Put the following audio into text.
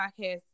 podcast